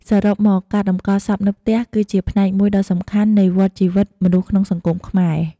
សរុបមក ការតម្កល់សពនៅផ្ទះ គឺជាផ្នែកមួយដ៏សំខាន់នៃវដ្តជីវិតមនុស្សក្នុងសង្គមខ្មែរ។